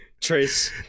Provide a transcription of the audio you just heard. Trace